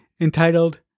entitled